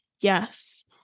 Yes